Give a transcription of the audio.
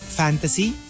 fantasy